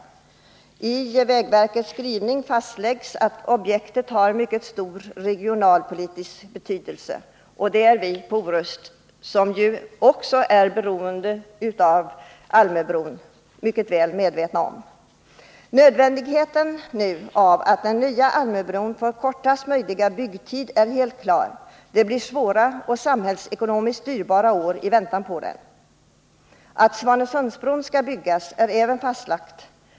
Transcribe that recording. I vägverkets skrivning fastläggs att ”objektet har mycket stor regionalpolitisk betydelse”. Det är vi på Orust, som också är beroende av Almöbron, mycket väl medvetna om. Nödvändigheten av att den nya Almöbron får kortaste möjliga byggtid är helt klar. Det blir svåra och samhällsekonomiskt dyrbara år i väntan på den. Att Svanesundsbron skall byggas är alltså fastlagt.